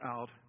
out